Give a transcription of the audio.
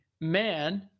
man